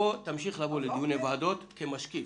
תמשיך לבוא לדיוני הוועדות כמשקיף.